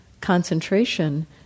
concentration